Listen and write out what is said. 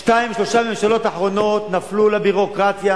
שתיים, שלוש ממשלות אחרונות נפלו לביורוקרטיה